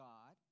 God